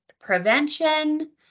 prevention